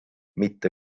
mitte